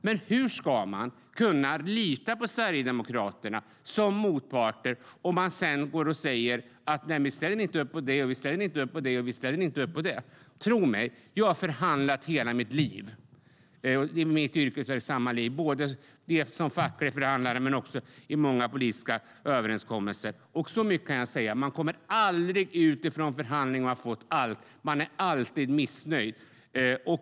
Men hur ska man kunna lita på Sverigedemokraterna som motpart om de sedan går och säger att de inte ställer upp på det och det? Tro mig - jag har förhandlat i hela mitt yrkesverksamma liv, dels som facklig förhandlare, dels i många politiska överenskommelser, och så mycket kan jag säga att man aldrig kommer ut från en förhandling och har fått allt. Man är alltid missnöjd.